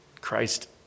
Christ